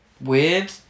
weird